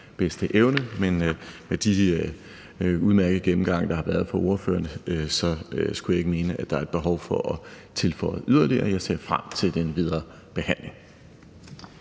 bedste evne. Men med de udmærkede gennemgange, der har været fra ordførernes side, skulle jeg ikke mene, at der er et behov for at tilføje yderligere, og jeg ser frem til den videre behandling.